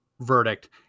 verdict